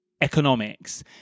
economics